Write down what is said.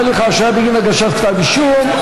הליך ההשעיה בגין הגשת כתב אישום),